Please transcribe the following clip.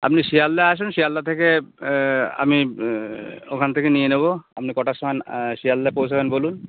আপনি শিয়ালদা আসেন শিয়ালদা থেকে আমি ওখান থেকে নিয়ে নেব আপনি কটার সময় শিয়ালদা পৌঁছবেন বলুন